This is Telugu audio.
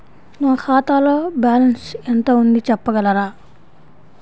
నా ఖాతాలో బ్యాలన్స్ ఎంత ఉంది చెప్పగలరా?